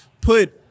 put